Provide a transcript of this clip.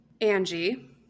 Angie